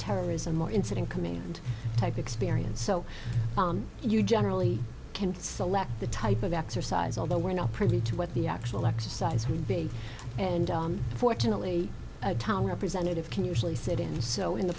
terrorism or incident command type experience so you generally can select the type of exercise although we're not privy to what the actual exercise would be and fortunately a town representative can usually set in so when the